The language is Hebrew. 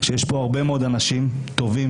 שיש פה הרבה מאוד אנשים טובים,